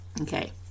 Okay